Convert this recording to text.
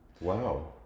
Wow